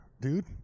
dude